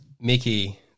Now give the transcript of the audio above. Mickey